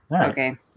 Okay